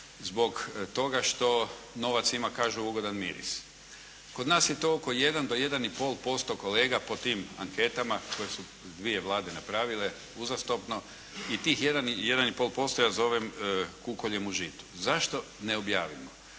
zbog toga što novac ima, kažu ugodan miris. Kod nas je to oko 1 do 1 i pol posto kolega po tim anketama koje su dvije vlade napravile uzastopno i tih 1, 1,5% ja zovem kukoljem u žitu. Zašto ne objavimo?